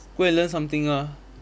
go and learn something ah